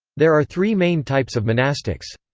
there are three main types of monastics.